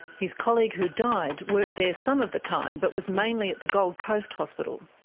his colleague who died worked there some of the time but was mainly at the gold coast hospital.